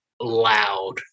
loud